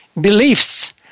beliefs